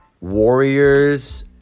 Warriors